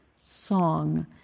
song